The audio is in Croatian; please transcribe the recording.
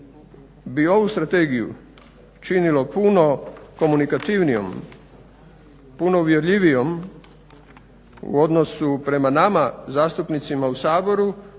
bi ovu strategiju činilo puno komunikativnijom, puno uvjerljivijom u odnosu prema nama zastupnicima u Saboru,